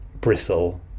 bristle